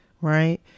Right